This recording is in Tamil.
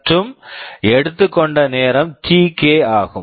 மற்றும் எடுத்துக்கொண்ட நேரம் Tk ஆகும்